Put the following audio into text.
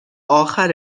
اخر